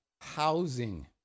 housing